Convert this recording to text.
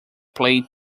played